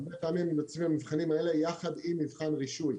הרבה פעמים מבצעים את המבחנים האלה יחד עם מבחן רישוי.